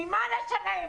ממה נשלם?